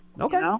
okay